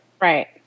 Right